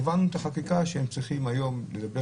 הובלנו את החקיקה שהם צריכים היום לדבר